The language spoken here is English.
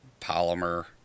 polymer